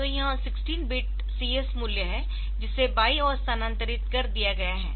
तो यह 16 bit CS मूल्य है जिसे बाई ओर स्थानांतरित कर दिया गया है